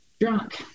drunk